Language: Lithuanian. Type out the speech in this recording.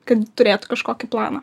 kad turėtų kažkokį planą